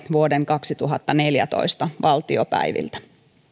vuoden kaksituhattaneljätoista valtiopäiviltä